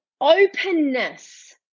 openness